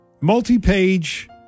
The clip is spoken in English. multi-page